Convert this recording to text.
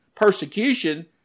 persecution